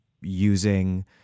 using